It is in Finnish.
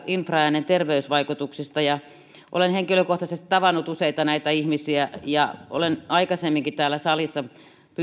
infraäänen terveysvaikutuksista olen henkilökohtaisesti tavannut useita näitä ihmisiä ja olen aikaisemminkin täällä salissa